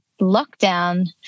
lockdown